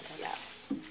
Yes